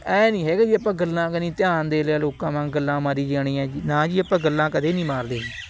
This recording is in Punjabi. ਐਂ ਨਹੀਂ ਹੈਗਾ ਵੀ ਆਪਾਂ ਗੱਲਾਂ ਕਨੀ ਧਿਆਨ ਦੇ ਲਿਆ ਲੋਕਾਂ ਵਾਂਗ ਗੱਲਾਂ ਮਾਰੀ ਜਾਣੀਆਂ ਨਾ ਜੀ ਆਪਾਂ ਗੱਲਾਂ ਕਦੇ ਨਹੀਂ ਮਾਰਦੇ